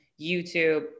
YouTube